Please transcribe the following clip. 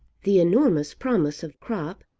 the enormous promise of crop,